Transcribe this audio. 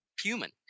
human